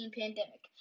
pandemic